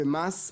במס?